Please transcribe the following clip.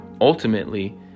ultimately